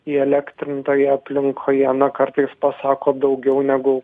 įelektrintoje aplinkoje na kartais pasako daugiau negu